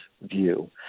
view